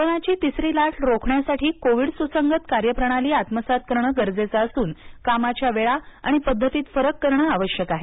कोरोनाची तिसरी लाट रोखण्यासाठी कोविड सुसंगत कार्यप्रणाली आत्मसात करणं गरजेचं असून कामाच्या वेळा आणि पद्धतीत फरक करणे आवश्यक आहे